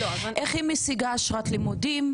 איך היא משיגה אשרת לימודים?